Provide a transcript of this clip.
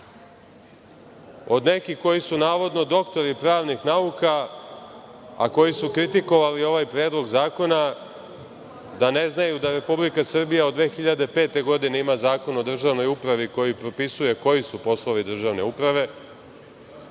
od nekih koji su, navodno, doktori pravnih nauka, a koji su kritikovali ovaj Predlog zakona da ne znaju da Republika Srbija od 2005. godine ima Zakon o državnoj upravi, koji propisuje koji su poslovi državne uprave. Čuli